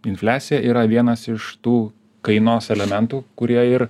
infliacija yra vienas iš tų kainos elementų kurie ir